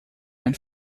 ein